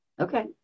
Okay